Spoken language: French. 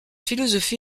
philosophie